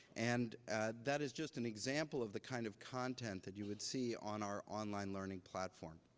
and that is just an example of the kind of content that you would see on our online learning platform.